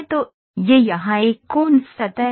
तो यह यहाँ एक Coons सतह है